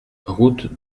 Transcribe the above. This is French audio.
route